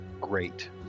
great